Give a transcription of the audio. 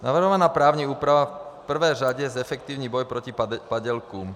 Navrhovaná právní úprava v prvé řadě zefektivní boj proti padělkům.